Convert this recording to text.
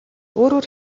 өөрөөр